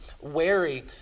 wary